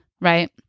Right